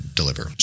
deliver